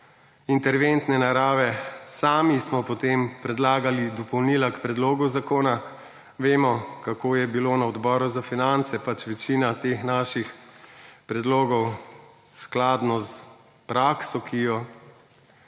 interventne narave. Sami smo potem predlagali dopolnila k predlogu zakona. Vemo kako je bilo na odboru za finance, pač večina teh naših predlogov skladno s prakso, ki jo